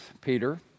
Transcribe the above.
Peter